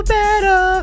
better